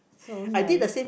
so nice